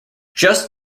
just